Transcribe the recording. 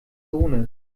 sohnes